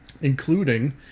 including